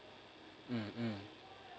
mmhmm